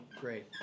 Great